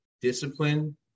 discipline